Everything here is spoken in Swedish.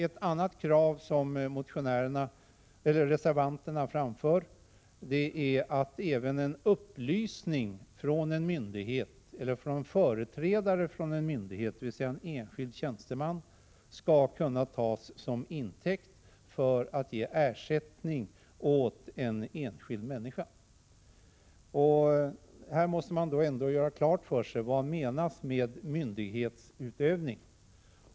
Ett annat krav som reservanterna framför är att även en upplysning från en myndighet eller från en företrädare för en myndighet, dvs. en enskild tjänsteman, skall kunna tas till intäkt för att ge ersättning åt en enskild person. Här måste man ändå göra klart för sig vad som menas med myndighetsutövning.